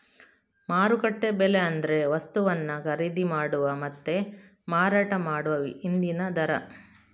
ಮಾರುಕಟ್ಟೆ ಬೆಲೆ ಅಂದ್ರೆ ವಸ್ತುವನ್ನ ಖರೀದಿ ಮಾಡುವ ಮತ್ತೆ ಮಾರಾಟ ಮಾಡುವ ಇಂದಿನ ದರ